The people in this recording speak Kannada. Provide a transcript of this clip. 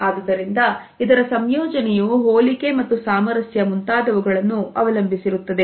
ಆದುದರಿಂದ ಇದರ ಸಂಯೋಜನೆಯೂ ಹೋಲಿಕೆ ಮತ್ತು ಸಾಮರಸ್ಯ ಮುಂತಾದವುಗಳನ್ನು ಅವಲಂಬಿಸಿರುತ್ತದೆ